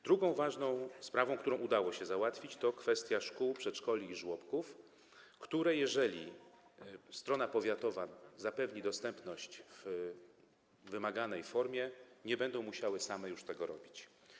Drugą ważną sprawą, którą udało się załatwić, jest kwestia szkół, przedszkoli i żłobków, które, jeżeli strona powiatowa zapewni dostępność w wymaganej formie, nie będą musiały same już tego robić.